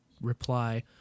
reply